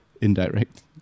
indirect